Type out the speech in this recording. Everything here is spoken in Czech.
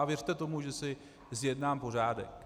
A věřte tomu, že si zjednám pořádek.